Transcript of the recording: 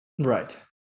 Right